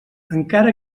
encara